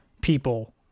people